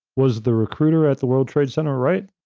was the recruiter at the world trade center right?